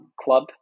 club